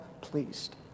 pleased